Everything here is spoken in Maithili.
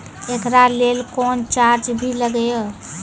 एकरा लेल कुनो चार्ज भी लागैये?